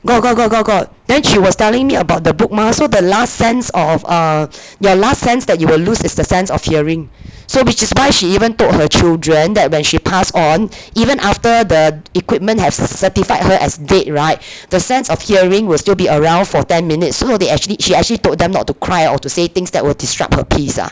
got got got got got then she was telling me about the book mah so the last sense of err your last sense that you will lose is the sense of hearing so which is why she even told her children that when she pass on even after the equipment have certified her as dead [right] the sense of hearing will still be around for ten minutes so they actually she actually told them not to cry or to say things that will disrupt her peace uh